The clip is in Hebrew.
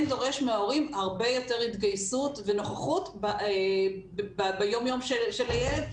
דורש מההורים הרבה יותר התגייסות ונוכחות ביום-יום של הילד,